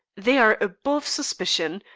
they are above suspicion.